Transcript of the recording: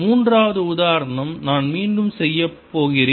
மூன்றாவது உதாரணம் நான் மீண்டும் செய்யப் போகிறேன்